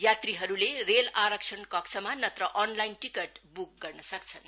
यात्रीहरूले रेल आरक्षण कक्षमा नत्र अनलाइन टिकट बुकिङ गर्न सक्छन्